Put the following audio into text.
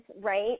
right